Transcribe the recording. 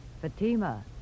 Fatima